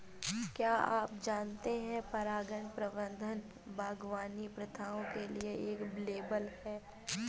क्या आप जानते है परागण प्रबंधन बागवानी प्रथाओं के लिए एक लेबल है?